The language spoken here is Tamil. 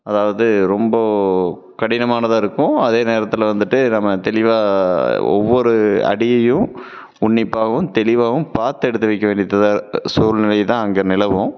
அதாவது ரொம்ப கடினமானதாக இருக்கும் அதே நேரத்தில் வந்துட்டு நம்ம தெளிவாக ஒவ்வொரு அடியையும் உன்னிப்பாகவும் தெளிவாகவும் பார்த்து எடுத்து வைக்க வேண்டியத்துத சூழ்நிலைதான் அங்கே நிலவும்